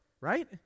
right